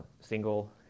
single